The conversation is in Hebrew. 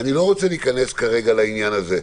אני לא רוצה להיכנס כרגע לעניין הזה.